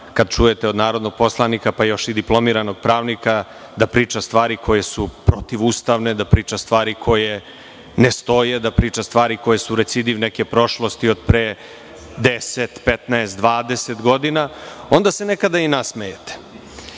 kad čujete od narodnog poslanika, pa još i diplomiranog pravnika da priča stvari koje su protivustavne, da priča stvari koje ne stoje, da priča stvari koje su recidir neke prošlosti od pre 10, 15, 20 godina, onda se nekada i nasmejete. Na